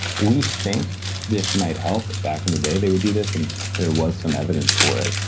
we think this might help. back in the day they would do this and there was some evidence for it.